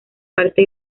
parte